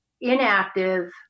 inactive